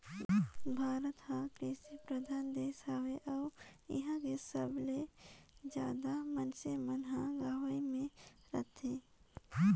भारत हर कृसि परधान देस हवे अउ इहां के सबले जादा मनइसे मन हर गंवई मे रथें